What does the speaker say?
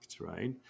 right